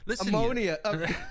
Ammonia